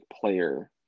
player